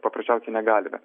paprasčiausiai negalime